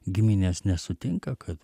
giminės nesutinka kad